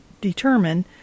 determine